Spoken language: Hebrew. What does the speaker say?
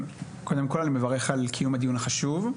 קודם כל אני מברך על קיום הדיון החשוב.